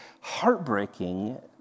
heartbreaking